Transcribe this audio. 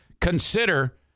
consider